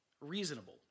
reasonable